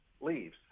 leaves